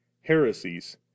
heresies